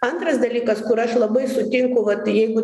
antras dalykas kur aš labai sutinku kad jeigu